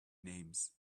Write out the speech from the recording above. names